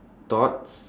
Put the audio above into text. thoughts